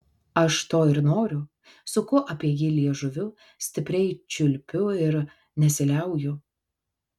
aš to ir noriu suku apie jį liežuviu stipriai čiulpiu ir nesiliauju